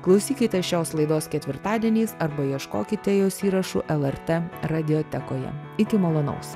klausykite šios laidos ketvirtadieniais arba ieškokite jos įrašų lrt radiotekoje iki malonaus